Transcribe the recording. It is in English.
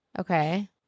Okay